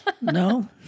No